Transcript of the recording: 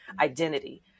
identity